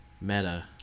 Meta